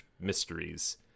mysteries